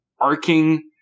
arcing